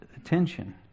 attention